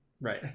Right